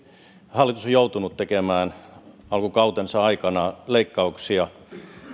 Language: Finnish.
hallitus on joutunut tekemään alkukautensa aikana leikkauksia